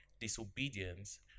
disobedience